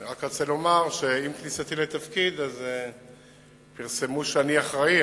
רק רציתי לומר שעם כניסתי לתפקיד פרסמו שאני אחראי,